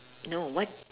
no what